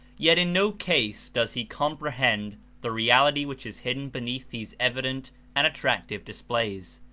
yet in no case does he comprehend the reality which is hidden beneath these evident and attractive displays.